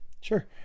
Sure